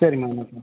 சரி மேம்